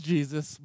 Jesus